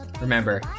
remember